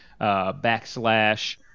backslash